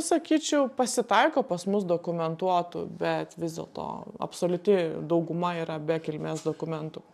sakyčiau pasitaiko pas mus dokumentuotų bet vis dėlto absoliuti dauguma yra be kilmės dokumentų